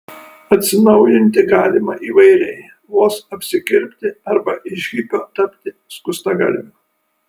atsinaujinti galima įvairiai vos apsikirpti arba iš hipio tapti skustagalviu